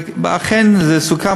ואכן זה סוכם.